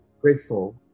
Grateful